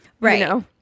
Right